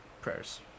Prayers